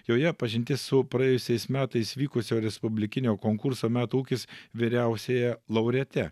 joje pažintis su praėjusiais metais vykusio respublikinio konkurso metų ūkis vyriausiąja laureate